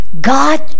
God